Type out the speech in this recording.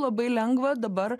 labai lengva dabar